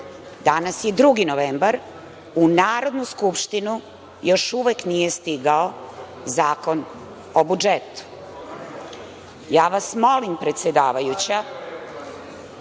je 2. novembar, u Narodnu skupštinu još uvek nije stigao Zakon o budžetu. Molim vas predsedavajuća